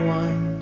one